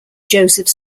joseph